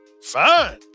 fine